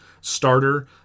starter